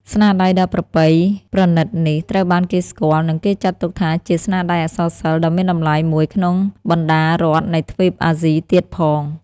ស្នាដៃដ៏ប្រពៃប្រណិតនេះ ត្រូវបានគេស្គាល់ និងគេចាត់ទុកថាជាស្នាដៃអក្សរសិល្ប៍ដ៏មានតម្លៃមួយក្នុងបណ្តារដ្ឋនៃទ្វីបអាស៊ី ទៀតផង។